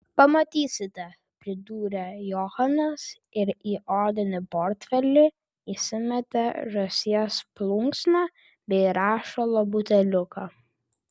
pamatysite pridūrė johanas ir į odinį portfelį įsimetė žąsies plunksną bei rašalo buteliuką